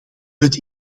het